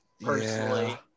personally